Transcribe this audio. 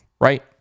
right